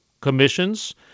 commissions